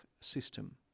system